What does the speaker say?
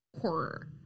horror